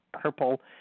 purple